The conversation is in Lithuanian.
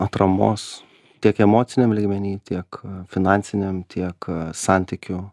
atramos tiek emociniam lygmeny tiek finansiniam tiek santykių